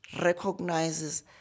recognizes